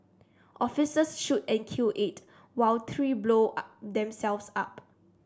officers shoot and kill eight while three blow themselves up